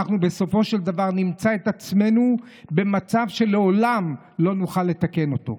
ואנחנו בסופו של דבר נמצא את עצמנו במצב שלעולם לא נוכל לתקן אותו.